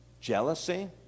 jealousy